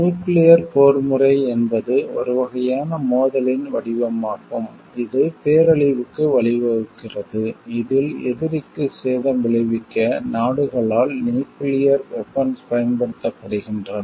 nuclear போர்முறை என்பது ஒரு வகையான மோதலின் வடிவமாகும் இது பேரழிவுக்கு வழிவகுக்கிறது இதில் எதிரிக்கு சேதம் விளைவிக்க நாடுகளால் நியூக்கிளியர் வெபன்ஸ் பயன்படுத்தப்படுகின்றன